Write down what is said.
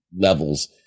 levels